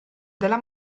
della